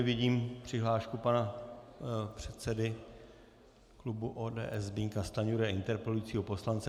Vidím přihlášku pana předsedy klubu ODS Zbyňka Stanjury, interpelujícího poslance.